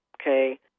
Okay